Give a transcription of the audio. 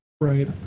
Right